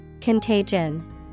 Contagion